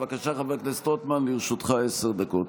בבקשה, חבר הכנסת רוטמן, לרשותך עשר דקות.